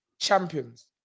Champions